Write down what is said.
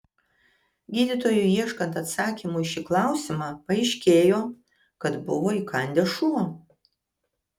gydytojui ieškant atsakymų į šį klausimą paaiškėjo kad buvo įkandęs šuo